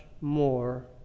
more